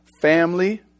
family